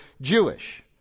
Jewish